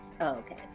okay